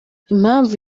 impamvu